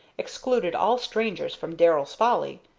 excluded all strangers from darrell's folly,